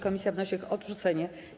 Komisja wnosi o ich odrzucenie.